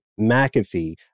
McAfee